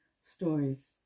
stories